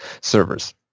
servers